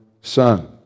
son